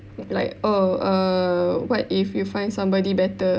like oh err what if you find somebody better